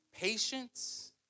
patience